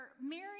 Mary